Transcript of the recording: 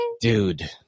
Dude